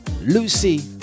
Lucy